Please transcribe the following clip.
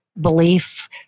belief